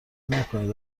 نکنید